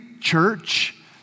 church